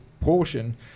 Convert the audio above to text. portion